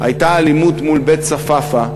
הייתה אלימות מול בית-צפאפא,